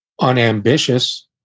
unambitious